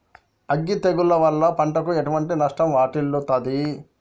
అగ్గి తెగులు వల్ల పంటకు ఎటువంటి నష్టం వాటిల్లుతది?